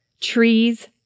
trees